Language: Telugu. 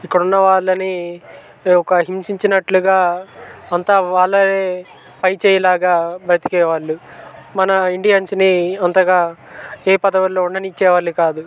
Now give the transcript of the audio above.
ఇక్కడ ఉన్న వాళ్ళని ఒక హింసించినట్లుగా అంతా వాళ్ళదే పై చేయి లాగా బతికే వాళ్ళు మన ఇండియన్స్ని అంతగా ఏ పదవిలో ఉండనిచ్చేవాళ్ళు కాదు